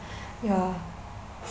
ya